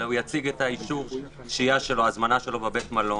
אלא להציג את אישור שהייתו והזמנתו בבית המלון,